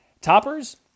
Toppers